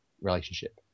relationship